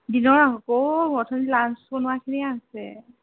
দিনৰ আকৌ অথনি লান্স বনোৱাখিনিয়ে আছে